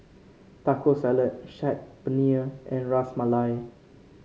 Taco Salad Saag Paneer and Ras Malai